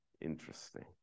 Interesting